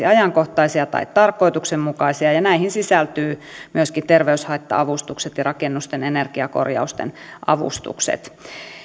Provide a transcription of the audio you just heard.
ajankohtaisia tai tarkoituksenmukaisia ja näihin sisältyvät myöskin terveyshaitta avustukset ja rakennusten energiakorjausten avustukset